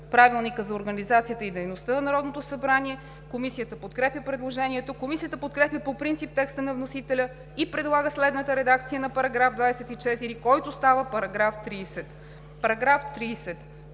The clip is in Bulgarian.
Правилника за организацията и дейността на Народното събрание. Комисията подкрепя предложението. Комисията подкрепя по принцип текста на вносителя и предлага следната редакция на § 24, който става § 30: „§ 30.